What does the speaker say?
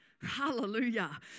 Hallelujah